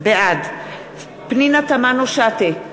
בעד פנינה תמנו-שטה,